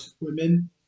women